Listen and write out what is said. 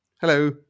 Hello